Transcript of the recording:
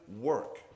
work